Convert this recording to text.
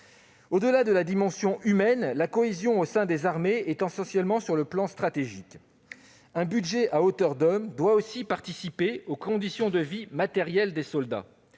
Au-delà de la dimension humaine, la cohésion au sein des armées est essentielle d'un point de vue stratégique. Un budget « à hauteur d'homme » doit aussi permettre d'améliorer les conditions de vie matérielle des soldats.